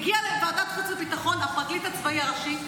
הגיע לוועדת החוץ והביטחון הפרקליט הצבאי הראשי,